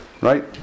right